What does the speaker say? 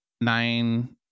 nine